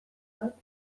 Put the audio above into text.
bat